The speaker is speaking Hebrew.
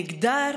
מגדר,